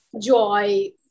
joy